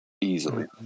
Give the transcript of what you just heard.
Easily